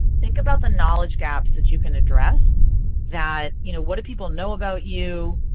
think about the knowledge gaps that you can address that you know what do people know about you?